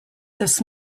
this